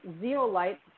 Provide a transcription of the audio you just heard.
zeolite